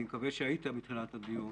אי מקווה שהיית בתחילת הדיון,